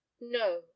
no